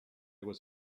was